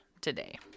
today